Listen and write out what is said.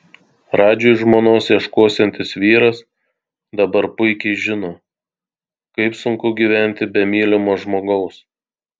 radžiui žmonos ieškosiantis vyras dabar puikiai žino kaip sunku gyventi be mylimo žmogaus